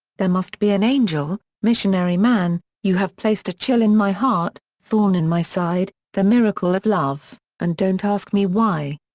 there must be an angel, missionary man, you have placed a chill in my heart, thorn in my side, the miracle of love and don't ask me why.